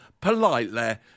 politely